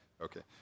Okay